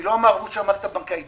היא לא המעורבות של המערכת הבנקאית.